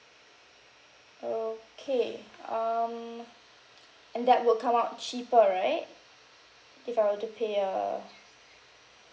okay um and that would come out cheaper right if I were to pay uh